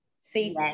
See